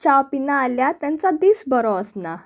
चाव पिन आल्यार तेंचो दीस बरो आसना